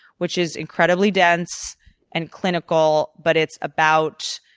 which is incredibly dense and clinical but it's about